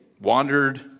wandered